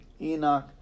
Enoch